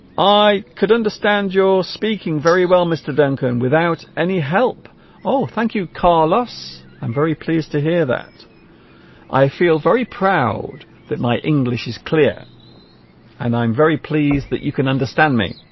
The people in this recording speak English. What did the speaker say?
i could understand you're speaking very well mr. duncan without any help oh thank you carlos carlos i'm very pleased to hear that i feel very proud that my english is clear and i'm very pleased that you can understand me